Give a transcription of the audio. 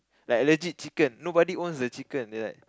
like legit chicken nobody owns the chicken it's like